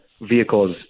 vehicles